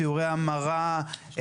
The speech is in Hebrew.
שיעורי המרה,